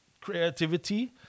creativity